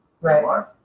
Right